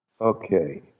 Okay